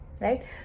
right